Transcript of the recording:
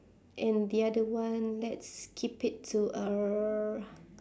and the other one let's keep it to err